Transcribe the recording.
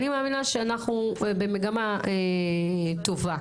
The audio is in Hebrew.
אני מאמינה שאנחנו במגמה טובה.